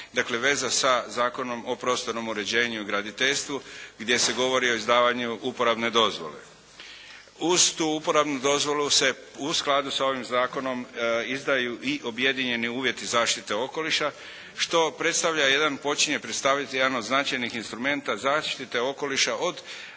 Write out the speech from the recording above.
dakle veza sa Zakonom o prostornom uređenju i graditeljstvu gdje se govori o izdavanju uporabne dozvole. Uz tu uporabnu dozvolu se u skladu sa ovim zakonom izdaju i objedinjeni uvjeti zaštite okoliša što počinje predstavljati jedan od značajnih instrumenta zaštite okoliša od